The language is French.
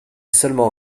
seulement